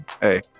hey